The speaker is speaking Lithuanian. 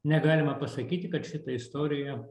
negalima pasakyti kad šita istorija